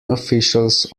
officials